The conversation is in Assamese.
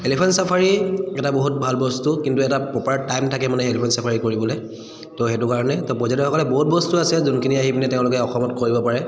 এলিফেণ্ট ছাফাৰী এটা বহুত ভাল বস্তু কিন্তু এটা প্ৰপাৰ টাইম থাকে মানে এলিফেণ্ট ছাফাৰী কৰিবলৈ ত' সেইটো কাৰণে তো পৰ্যটকসকলে বহুত বস্তু আছে যোনখিনি আহি পিনে তেওঁলোকে অসমত কৰিব পাৰে